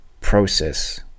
process